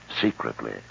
secretly